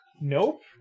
Nope